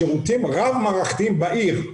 שירותים רב מערכתיים בעיר.